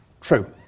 true